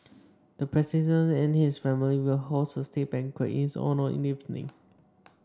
the president and his wife will host a state banquet in his honour in the evening